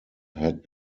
had